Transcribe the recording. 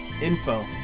Info